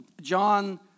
John